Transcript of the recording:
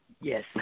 Yes